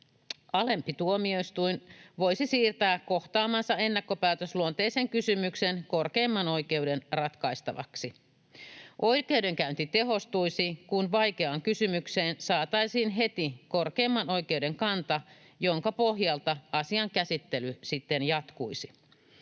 alempi tuomioistuin voisi siirtää kohtaamansa ennakkopäätösluonteisen kysymyksen korkeimman oikeuden ratkaistavaksi. Oikeudenkäynti tehostuisi, kun vaikeaan kysymykseen saataisiin heti korkeimman oikeuden kanta, jonka pohjalta asian käsittely sitten jatkuisi.